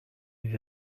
les